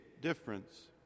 difference